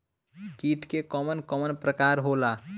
कीट के कवन कवन प्रकार होला?